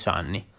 anni